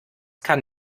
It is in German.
kann